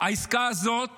העסקה הזאת